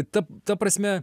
ta ta prasme